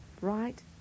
right